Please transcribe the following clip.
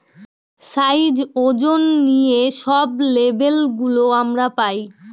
size, ওজন নিয়ে সব লেবেল গুলো আমরা পায়